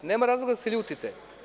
Nema razloga da se ljutite.